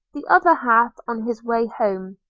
the other half on his way home.